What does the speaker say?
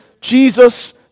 Jesus